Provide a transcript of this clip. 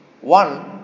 One